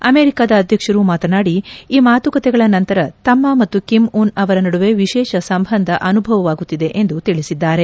ಅಮೆರಿಕಾದ ಅಧ್ಯಕ್ಷರು ಮಾತನಾಡಿ ಈ ಮಾತುಕತೆಗಳ ನಂತರ ತಮ್ಮ ಮತ್ತು ಕಿಮ್ ಉನ್ ಅವರ ನಡುವೆ ವಿಶೇಷ ಸಂಬಂಧದ ಅನುಭವವಾಗುತ್ತಿದೆ ಎಂದು ತಿಳಿಸಿದ್ದಾರೆ